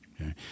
Okay